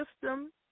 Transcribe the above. system